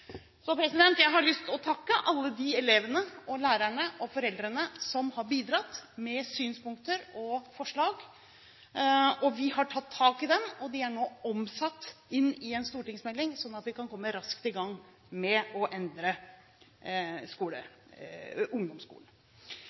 Jeg har lyst til å takke alle de elevene, lærerne og foreldrene som har bidratt med synspunkter og forslag. Vi har tatt tak i dem, og de er nå omsatt til en stortingsmelding sånn at vi kan komme raskt i gang med å endre ungdomsskolen.